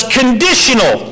conditional